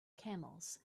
camels